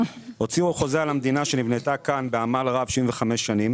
הוציאו חוזה על המדינה שנבנתה כאן בעמל רב במשך 75 שנים